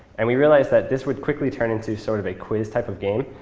and we realized that this would quickly turn into sort of a quiz-type of game,